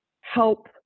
help